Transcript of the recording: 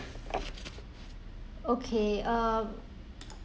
okay um